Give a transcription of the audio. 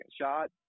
shot